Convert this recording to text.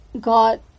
got